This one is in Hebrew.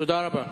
תודה רבה.